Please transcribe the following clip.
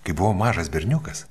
kai buvau mažas berniukas